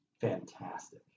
fantastic